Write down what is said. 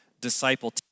disciple